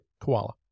koala